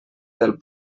del